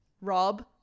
Rob